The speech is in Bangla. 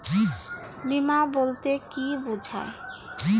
বিমা বলতে কি বোঝায়?